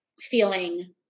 feeling